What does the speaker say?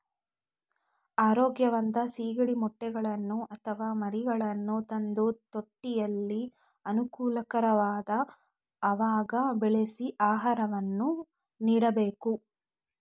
ಆರೋಗ್ಯವಂತ ಸಿಗಡಿ ಮೊಟ್ಟೆಗಳನ್ನು ಅಥವಾ ಮರಿಗಳನ್ನು ತಂದು ತೊಟ್ಟಿಯಲ್ಲಿ ಅನುಕೂಲಕರವಾದ ಅವಾಗ ಬೆಳೆಸಿ ಆಹಾರವನ್ನು ನೀಡಬೇಕು